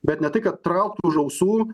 bet ne tai kad traukt už ausų